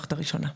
המשלחת הראשונה.